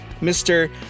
Mr